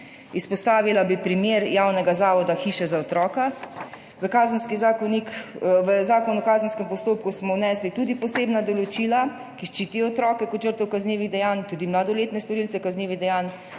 Izpostavila bi primer javnega zavoda Hiša za otroka. V Zakon o kazenskem postopku smo vnesli tudi posebna določila, ki ščitijo otroke kot žrtve kaznivih dejanj, tudi mladoletne storilce kaznivih dejanj,